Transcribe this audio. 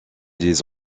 des